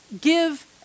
give